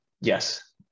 yes